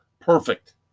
Perfect